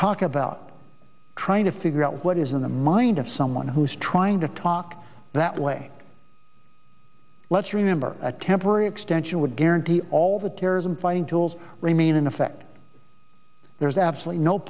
talk about trying to figure out what is in the mind of someone who's trying to talk that way let's remember a temporary extension would guarantee all the terrorism fighting tools remain in effect there's absolutely no